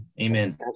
Amen